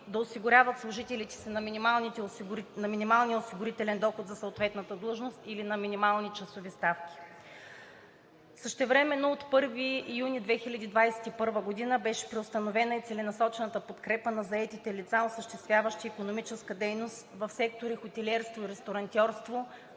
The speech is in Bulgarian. да осигуряват служителите си на минималния осигурителен доход за съответната длъжност или на минимални часови ставки. Същевременно от 1 юни 2021 г. беше преустановена и целенасочената подкрепа на заетите лица, осъществяващи икономическа дейност в сектори „Хотелиерство и ресторантьорство“,